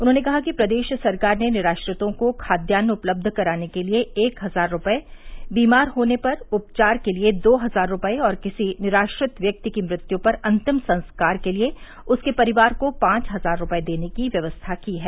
उन्होंने कहा कि प्रदेश सरकार ने निराश्रितों को खाद्यान्न उपलब्ध कराने के लिए एक हजार रूपए बीमार होने पर उपचार के लिए दो हजार रूपए और किसी निराश्रित व्यक्ति की मृत्यु पर अंतिम संस्कार के लिए उसके परिवार को पांच हजार रूपये देने की व्यवस्था की है